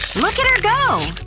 look at her go!